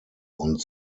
und